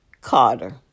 Carter